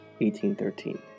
1813